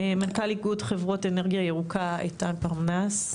מנכ"ל איגוד חברות אנרגיה ירוקה, איתן פרנס.